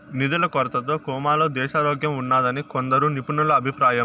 నిధుల కొరతతో కోమాలో దేశారోగ్యంఉన్నాదని కొందరు నిపుణుల అభిప్రాయం